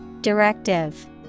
Directive